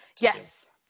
Yes